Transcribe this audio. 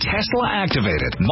Tesla-activated